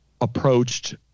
approached